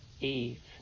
Eve